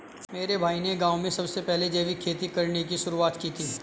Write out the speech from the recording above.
मेरे भाई ने गांव में सबसे पहले जैविक खेती करने की शुरुआत की थी